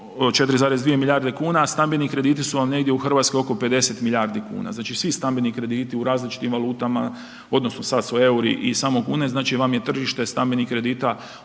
4,2 milijarde kuna, stambeni krediti su vam negdje u Hrvatskoj, negdje oko 50 milijardi kuna. Znači svi stambeni krediti, u različitim valutama, odnosno, sada su euri i samo kune, znači, vam je tržište stambenih kredita